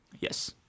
Yes